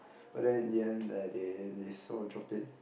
but then in the end err they they sort of dropped it